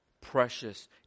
precious